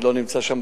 אני לא נמצא שם,